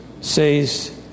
says